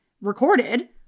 recorded